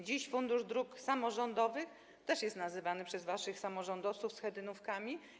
Dziś Fundusz Dróg Samorządowych też jest nazywany przez waszych samorządowców schetynówkami.